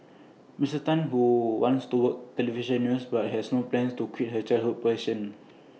miss Tan who wants to work Television news but has no plans to quit her childhood passion